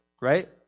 right